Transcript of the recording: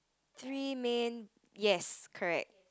three main yes correct